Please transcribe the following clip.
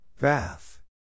Bath